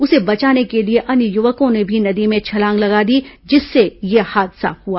उसे बचाने के लिए अन्य युवकों ने भी नदी में छलांग लगा दी जिससे यह हादसा हुआ